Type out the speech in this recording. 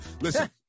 Listen